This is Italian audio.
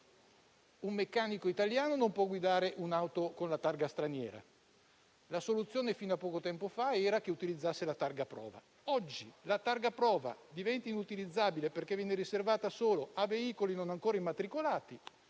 un meccanico italiano non può guidare un'auto con la targa straniera. La soluzione fino a poco tempo fa era che utilizzasse la targa prova. Oggi la targa prova diventa inutilizzabile perché viene riservata solo a veicoli non ancora immatricolati.